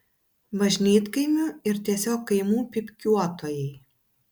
bažnytkaimių ir tiesiog kaimų pypkiuotojai